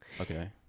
Okay